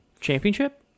Championship